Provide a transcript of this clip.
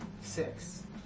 six